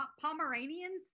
pomeranians